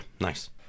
nice